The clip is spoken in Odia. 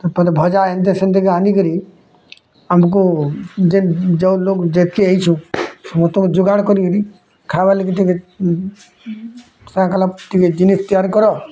ପତେ ଭଜା ଏନ୍ତେ ସେନ୍ତେ କି ଆନିକରି ଆମକୁ ଯେନ୍ ଯେଉଁ ଲୋଗ୍ ଯେତ୍କି ଆଇଛୁ ସମସ୍ତଙ୍କୁ ଯୁଗାଡ଼୍ କରିକିରି ଖାଇବା ଲାଗି ଟିକେ ସଂକଲପ୍ ଟିକେ ଜିନିଷ୍ ଟିକେ ତିଆରି କର